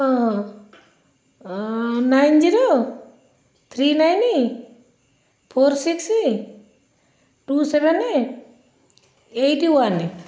ହଁ nine zero three nine four six two seven eight one